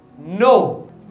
No